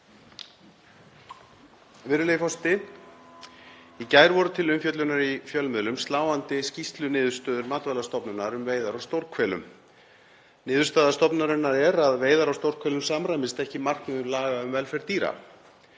Virðulegi forseti. Í gær voru til umfjöllunar í fjölmiðlum sláandi niðurstöður úr skýrslu Matvælastofnunar um veiðar á stórhvelum. Niðurstaða stofnunarinnar er að veiðar á stórhvelum samræmist ekki markmiðum laga um velferð dýra.